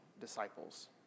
disciples